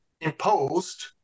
imposed